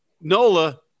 nola